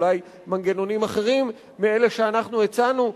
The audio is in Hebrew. ואולי מנגנונים אחרים מאלה שאנחנו הצענו,